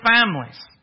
families